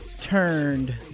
turned